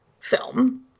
film